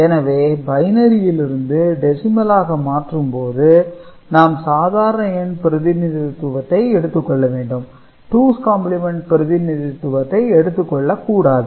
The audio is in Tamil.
எனவே பைனரியிலிருந்து டெசிமலாக மாற்றும்போது நாம் சாதாரண எண் பிரதிநிதித்துவத்தை எடுத்துக்கொள்ள வேண்டும் டூஸ் காம்ப்ளிமென்ட் பிரதிநிதித்துவத்தை எடுத்துக்கொள்ள கூடாது